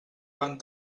van